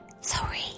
Sorry